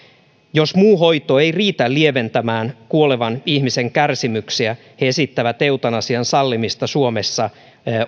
jos muu hoito ei riitä lieventämään kuolevan ihmisen kärsimyksiä he esittävät eutanasian sallimista suomessa